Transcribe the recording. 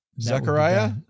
Zechariah